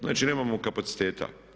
Znači nemamo kapaciteta.